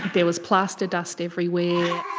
there was plaster dust everywhere.